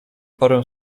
parę